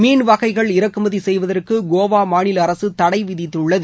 மீன் வகைகள் இறக்குமதி செய்வதற்கு கோவா மாநில அரசு தடை விதித்துள்ளது